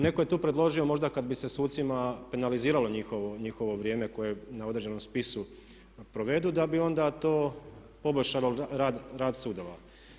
Netko je tu predložio možda kada bi se sucima penaliziralo njihove vrijeme koje na određenom spisu provedu da bi onda to poboljšalo rad sudova.